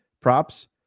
Props